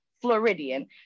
Floridian